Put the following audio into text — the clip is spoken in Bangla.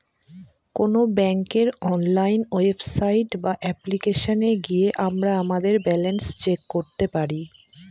কোন ব্যাঙ্কের অনলাইন ওয়েবসাইট বা অ্যাপ্লিকেশনে গিয়ে আমরা আমাদের ব্যালান্স চেক করতে পারি